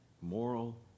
moral